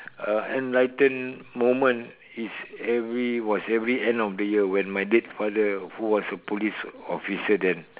uh enlighten moment is every was every end of the year when my dead father who was a police officer then